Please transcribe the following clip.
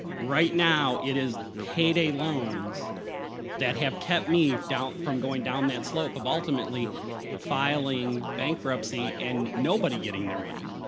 right now, it is payday loans that have kept me down from going down that slope of ultimately filing bankruptcy and nobody getting their money.